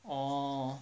哦